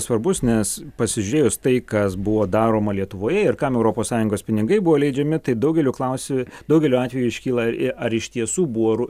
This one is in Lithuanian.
svarbus nes pasižiūrėjus tai kas buvo daroma lietuvoje ir kam europos sąjungos pinigai buvo leidžiami tai daugeliu klausi daugeliu atvejų iškyla ar iš tiesų buvo ru